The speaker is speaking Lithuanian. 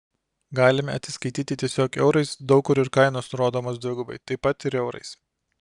galime atsiskaityti tiesiog eurais daug kur ir kainos nurodomos dvigubai taip pat ir eurais